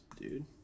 dude